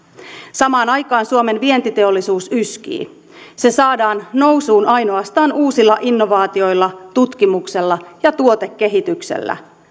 samaan aikaan suomen vientiteollisuus yskii se saadaan nousuun ainoastaan uusilla innovaatioilla tutkimuksella ja tuotekehityksellä